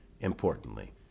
importantly